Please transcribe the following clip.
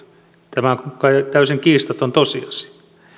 tämä on kai täysin kiistaton tosiasia